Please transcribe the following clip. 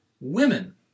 women